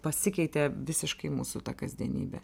pasikeitė visiškai mūsų kasdienybė